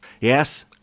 Yes